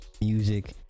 music